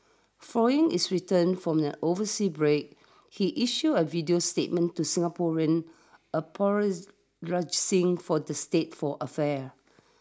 following his return from the overseas break he issued a video statement to Singaporeans apologizing for the state for affairs